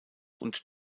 und